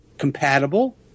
compatible